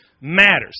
matters